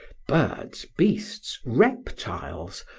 birds, beasts, reptiles,